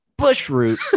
Bushroot